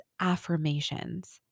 affirmations